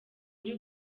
uri